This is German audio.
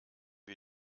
wir